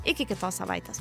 iki kitos savaitės